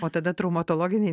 o tada traumatologinėj